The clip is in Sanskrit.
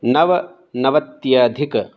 नवनवत्यधिक